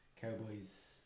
Cowboys